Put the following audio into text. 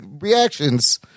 reactions